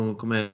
come